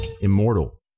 immortal